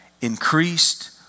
increased